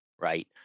right